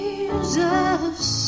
Jesus